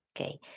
okay